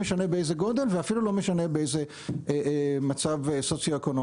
לא משנה באיזה גודל ואפילו לא משנה באיזה מצב סוציו-אקונומי.